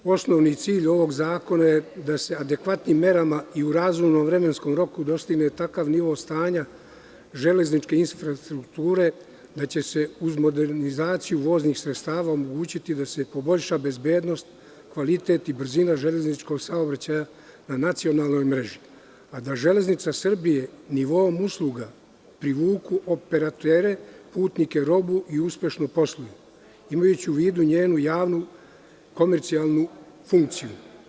Osnovni cilj ovog zakona je da se adekvatnim merama i u razumnom vremenskom roku dostigne takav nivo stanja železničke infrastrukture da će se uz modernizaciju voznih sredstava omogućiti da se poboljša bezbednost, kvalitet i brzina železničkog saobraćaja na nacionalnoj mreži, a da Železnica Srbije nivoom usluga privuku operatere, putnike, robu i uspešno posluju, imajući u vidu njenu javnu, komercijalnu funkciju.